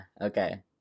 okay